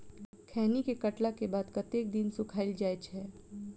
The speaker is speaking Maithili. खैनी केँ काटला केँ बाद कतेक दिन सुखाइल जाय छैय?